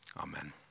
Amen